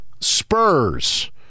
Spurs